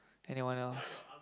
anyone else